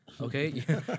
Okay